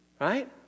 right